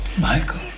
Michael